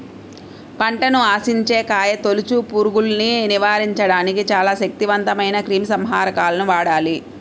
పంటను ఆశించే కాయతొలుచు పురుగుల్ని నివారించడానికి చాలా శక్తివంతమైన క్రిమిసంహారకాలను వాడాలి